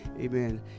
amen